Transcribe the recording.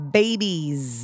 babies